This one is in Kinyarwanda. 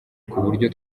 kuburyo